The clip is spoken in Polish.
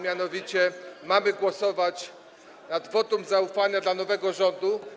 Mianowicie mamy głosować nad wotum zaufania dla nowego rządu.